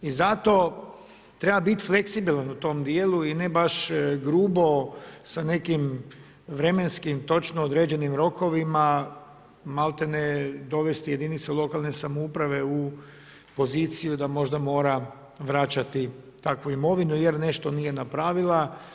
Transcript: I zato treba biti fleksibilan u tom dijelu i ne baš grubo sa nekim vremenskim, točno određenim rokovima, maltene dovesti jedinicu lokalne samouprave u poziciju da možda mora vraćati takvu imovinu, jer nešto nije napravila.